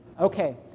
Okay